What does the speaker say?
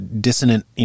dissonant